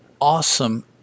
awesome